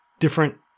different